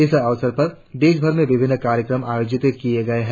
इस अवसर पर देशभर में विभिन्न कार्यक्रम आयोजित किए गए है